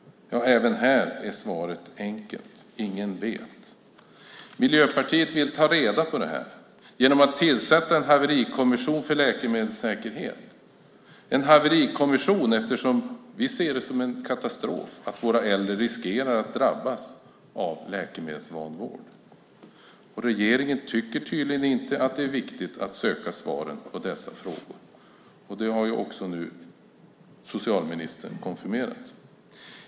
Även här är svaret enkelt: Ingen vet. Miljöpartiet vill ta reda på detta genom att tillsätta en haverikommission för läkemedelssäkerhet - en haverikommission eftersom vi ser det som en katastrof att våra äldre riskerar att drabbas av läkemedelsvanvård. Regeringen tycker tydligen inte att det är viktigt att söka svaren på dessa frågor. Det har nu socialministern också konfirmerat.